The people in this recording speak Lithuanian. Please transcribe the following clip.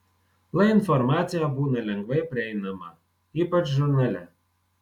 lai informacija būna lengvai prieinama ypač žurnale